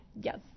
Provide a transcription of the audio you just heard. Yes